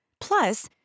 Plus